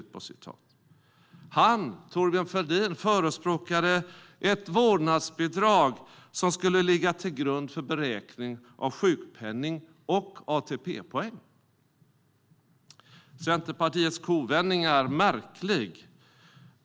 Thorbjörn Fälldin förespråkade ett vårdnadsbidrag som skulle ligga till grund för beräkning av sjukpenning och ATP-poäng. Centerpartiets kovändning är märklig.